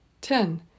Ten